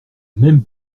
même